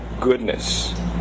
goodness